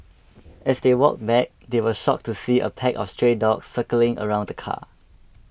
as they walked back they were shocked to see a pack of stray dogs circling around the car